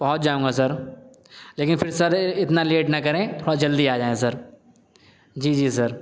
پہنچ جاؤں گا سر لیکن پھر سر اتنا لیٹ نہ کریں اور تھوڑا جلدی آ جائیں سر جی جی سر